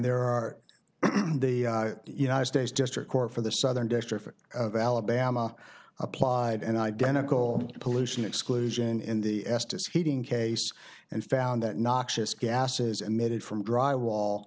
there are the united states district court for the southern district of alabama applied an identical pollution exclusion in the estis heating case and found that noxious gases emitted from dry wall